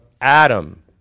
adam